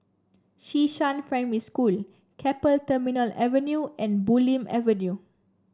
Xishan Primary School Keppel Terminal Avenue and Bulim Avenue